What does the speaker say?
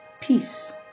peace